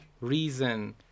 reason